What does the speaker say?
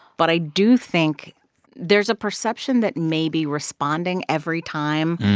but i do think there's a perception that maybe responding every time.